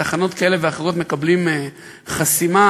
התגעגענו, באמת התגעגענו, חבר הכנסת חזן.